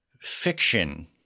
fiction